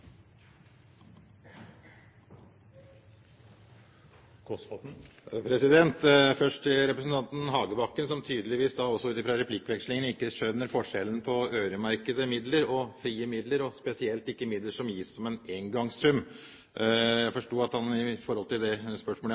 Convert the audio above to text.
områder. Først til representanten Hagebakken, som tydeligvis, også ut fra ordvekslingen, ikke skjønner forskjellen på øremerkede og frie midler, og spesielt ikke midler som gis som en engangssum. Jeg forsto ut fra det spørsmålet jeg hadde om Gjøvik kommune, at han